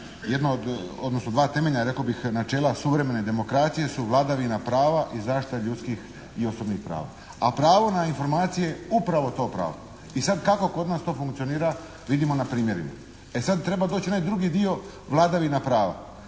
temeljna, odnosno dva temeljna rekao bih načela suvremene demokracije su vladavina prava i zaštita ljudskih i osobnih prava, a pravo na informacije je upravo pravo i sad kako kod nas to funkcionira vidimo na primjerima. E sad treba doći onaj drugi dio vladavina prava.